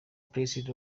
placed